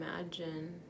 imagine